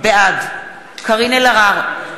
בעד קארין אלהרר,